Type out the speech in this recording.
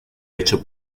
hecho